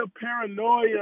paranoia